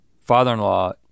father-in-law